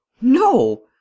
No